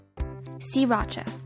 Sriracha